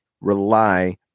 rely